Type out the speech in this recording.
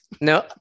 No